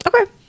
Okay